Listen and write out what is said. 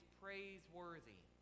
praiseworthy